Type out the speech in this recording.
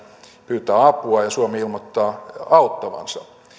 pyytää apua ja suomi ilmoittaa auttavansa